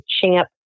CHAMP